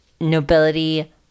nobility